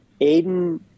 Aiden